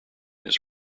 his